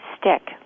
stick